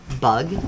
bug